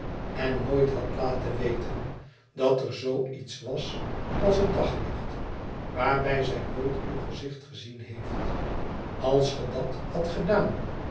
en nooit hadt laten weten dat er zoo iets was als het daglicht waarbij zij nooit uw gezicht gezien heeft als ge dat hadt gedaan